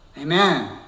Amen